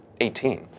18